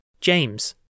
James